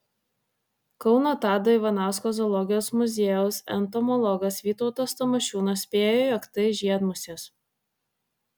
kauno tado ivanausko zoologijos muziejaus entomologas vytautas tamošiūnas spėjo jog tai žiedmusės